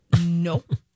Nope